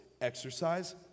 Exercise